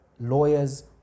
lawyers